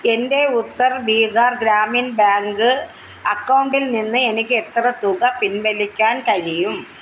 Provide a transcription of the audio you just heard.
എന്റെ ഉത്തർ ബീഹാർ ഗ്രാമീൺ ബാങ്ക് അക്കൗണ്ടിൽനിന്ന് എനിക്ക് എത്ര തുക പിൻവലിക്കാൻ കഴിയും